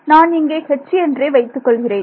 நான் இங்கே H என்றே வைத்துக்கொள்கிறேன்